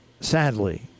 sadly